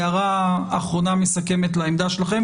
הערה אחרונה מסכמת לעמדה שלכם,